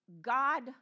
God